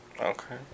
okay